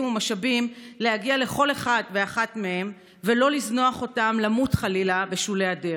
ומשאבים להגיע לכל אחד ואחת מהם ולא לזנוח אותם למות חלילה בשולי הדרך.